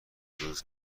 روز